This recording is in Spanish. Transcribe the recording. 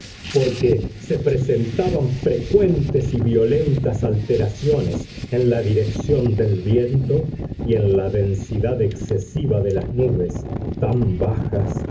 porque se presentaban frecuentes y violentas alteraciones en la dirección del viento y la densidad excesiva de las nubes tan bajas